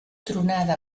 tronada